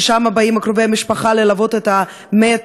שלשם באים קרובי המשפחה ללוות את המת,